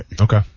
Okay